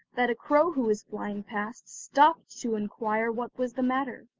that a crow who was flying past, stopped to inquire what was the matter.